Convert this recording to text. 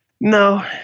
No